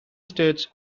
states